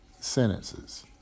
sentences